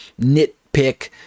nitpick